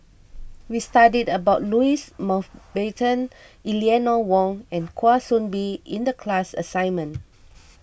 we studied about Louis Mountbatten Eleanor Wong and Kwa Soon Bee in the class assignment